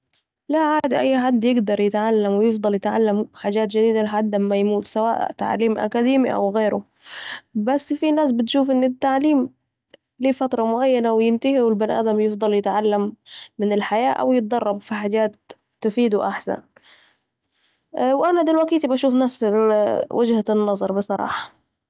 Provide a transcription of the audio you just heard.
لأ عادي أي حد يقدر يتعلم و يفضل يتعلم حجات جديده لحد أما يموت سواء تعلم اكاديمي أو غيره ، بس في ناس بتشوف أن التعليم ليه فتره معينه وينتهي و البني آدم يفضل يتعلم من الحياة أو يتدرب على حجات تفيده احسن ، وأنا دلوكيتي بشوف نفس وجهت النظر بصراحه